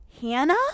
Hannah